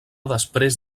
després